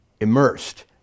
immersed